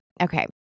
Okay